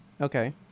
Okay